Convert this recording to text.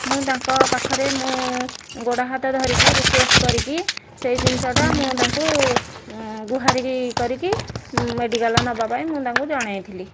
ମୁଁ ତାଙ୍କ ପାଖରେ ମୁଁ ଗୋଡ଼ ହାତ ଧରିକି ରିକୁଏଷ୍ଟ କରିକି ସେହି ଜିନିଷଟା ମୁଁ ଗୁହାରିକି କରିକି ମେଡ଼ିକାଲ ନେବା ପାଇଁ ମୁଁ ତାଙ୍କୁ ଜଣାଇଥିଲି